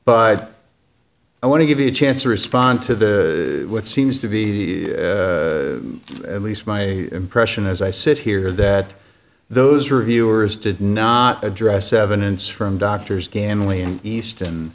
but i want to give you a chance to respond to the what seems to be at least my impression as i sit here that those reviewers did not address evidence from doctors gamli in east